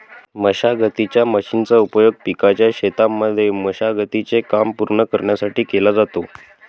मशागतीच्या मशीनचा उपयोग पिकाच्या शेतांमध्ये मशागती चे काम पूर्ण करण्यासाठी केला जातो